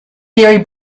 gary